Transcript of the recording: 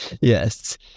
Yes